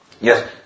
Yes